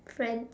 friend